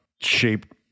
shaped